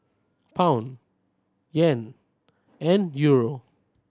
Pound Yen and Euro